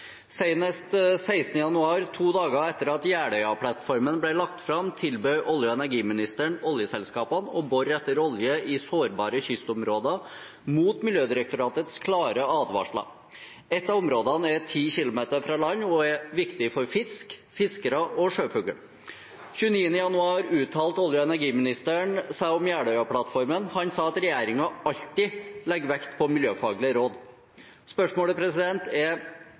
januar, to dager etter at Jeløya-plattformen ble lagt fram, tilbød olje- og energiministeren oljeselskapene å bore etter olje i sårbare kystområder mot Miljødirektoratets klare advarsler. Et av områdene er 10 km fra land og er viktig for fisk, fiskere og sjøfugl. Den 29. januar uttalte olje- og energiministeren seg om Jeløya-plattformen. Han sa at regjeringen alltid legger vekt på miljøfaglige råd. Spørsmålet er: